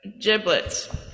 giblets